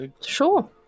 Sure